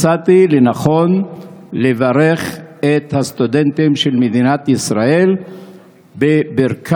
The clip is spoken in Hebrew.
מצאתי לנכון לברך את הסטודנטים של מדינת ישראל בברכת,